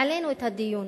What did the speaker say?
העלינו את הדיון